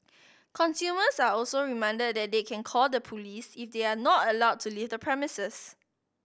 consumers are also reminded that they can call the police if they are not allowed to leave the premises